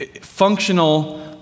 functional